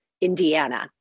Indiana